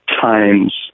times